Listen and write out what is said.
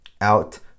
out